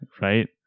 Right